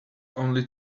only